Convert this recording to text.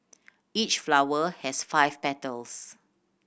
each flower has five petals